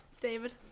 david